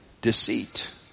deceit